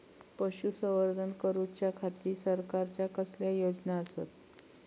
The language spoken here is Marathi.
पशुसंवर्धन करूच्या खाती सरकारच्या कसल्या योजना आसत?